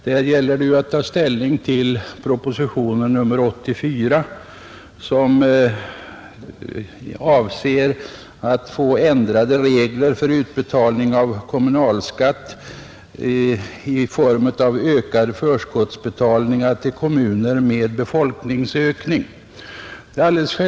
Där gäller det att ta ställning till proposition nr 84, som avser ändrade regler för utbetalning av kommunalskatt i form av ökade förskottsutbetalningar till kommuner med befolkningsökning.